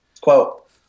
quote